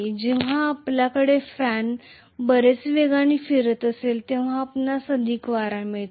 जेव्हा आपल्याकडे फॅन बरेच वेगाने फिरत असेल तेव्हा आपणास अधिक वारा मिळतो